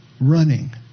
running